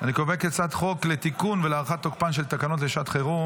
להעביר את הצעת חוק לתיקון ולהארכת תוקפן של תקנות שעת חירום